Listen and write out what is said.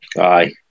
Aye